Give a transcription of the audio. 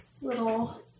little